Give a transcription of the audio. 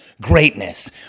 greatness